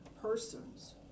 persons